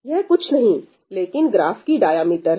यह कुछ नहीं लेकिन ग्राफ की डायमीटर है